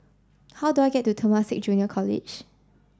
how do I get to Temasek Junior College